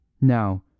Now